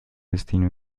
destino